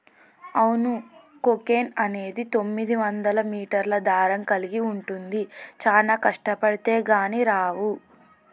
అవును కోకెన్ అనేది తొమ్మిదివందల మీటర్ల దారం కలిగి ఉంటుంది చానా కష్టబడితే కానీ రావు